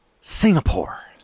Singapore